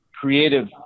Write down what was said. creative